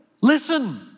Listen